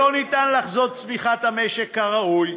ולא ניתן לחזות צמיחת המשק כראוי,